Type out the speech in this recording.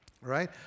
right